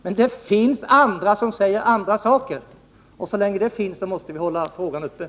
Men det finns andra som säger andra saker, och så länge så är fallet måste vi fortsätta att driva frågan.